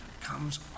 comes